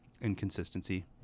Inconsistency